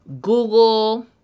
Google